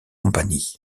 compagnies